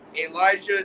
Elijah